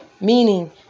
Meaning